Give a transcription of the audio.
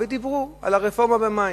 ודיברו על הרפורמה במים,